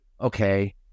okay